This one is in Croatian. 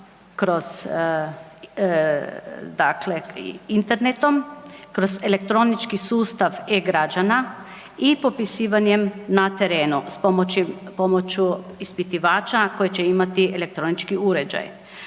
dakle internetom, kroz elektronički sustav e-Građana i popisivanjem na terenu, s pomoću ispitivača koji će imati elektronički uređaj.